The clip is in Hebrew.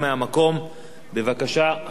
בבקשה, חבר הכנסת דוד אזולאי.